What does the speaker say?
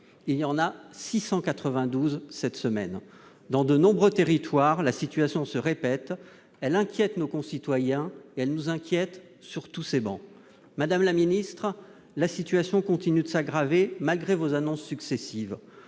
Il y en a 692 cette semaine. Dans de nombreux territoires, de telles situations se répètent ; elles inquiètent nos concitoyens et nous tous, ici, sur ces travées. Madame la ministre, la situation continue de s'aggraver malgré vos annonces successives.